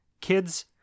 kids